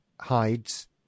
hides